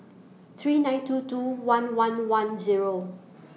three nine two two one one one Zero